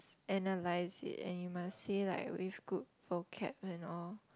analyze it and you must say like with good vocab and all